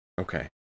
Okay